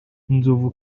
inzovu